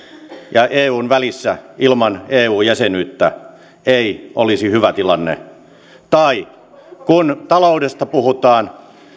ja eun välissä ilman eu jäsenyyttä se ei olisi hyvä tilanne tai kun taloudesta puhutaan